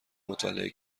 مطالعه